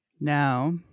Now